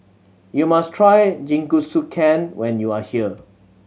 you must try Jingisukan when you are here